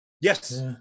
Yes